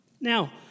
Now